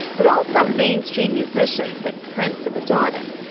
but also mainstream musicians like prince and madonna.